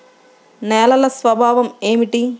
నేలల స్వభావం ఏమిటీ?